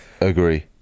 Agree